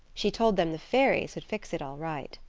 she told them the fairies would fix it all right.